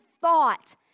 thought